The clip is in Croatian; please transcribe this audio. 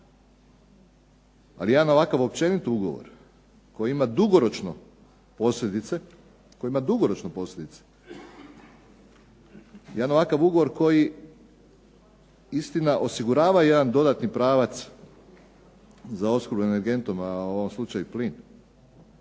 Ali jedan ovakav općenit ugovor koji ima dugoročno posljedice, jedna ovakav ugovor koji istina osigurava jedan dodatni pravac za opskrbu energentom, a u ovom slučaju plin,